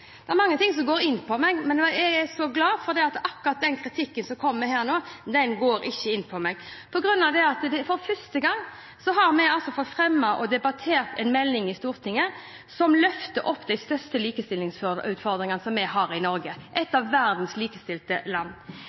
men jeg er glad for at akkurat den kritikken som kommer her nå, ikke går inn på meg. Det er på grunn av at vi for første gang har fått fremmet og debattert en melding i Stortinget som løfter opp de største likestillingsutfordringene vi har i Norge, et av verdens mest likestilte land